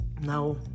no